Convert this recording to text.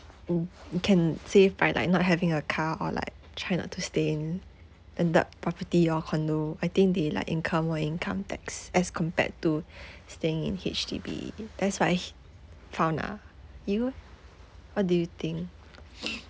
can save by like not having a car or like try not to stay in landed property or condo I think they like incur more income tax as compared to staying in H_D_B that's what I found ah you eh what do you think